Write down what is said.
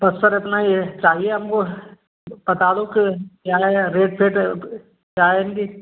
बस सर इतना ही है चाहिए हमको आपको बता दो कि क्या है रेट वेट क्या है इनकी